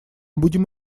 будем